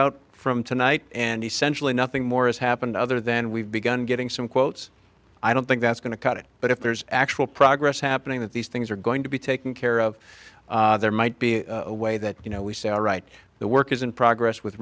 out from tonight and essentially nothing more has happened other than we've begun getting some quotes i don't think that's going to cut it but if there's actual progress happening that these things are going to be taken care of there might be a way that you know we say all right the work is in progress with